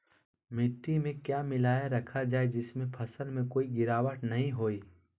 मिट्टी में क्या मिलाया रखा जाए जिससे फसल में कोई गिरावट नहीं होई?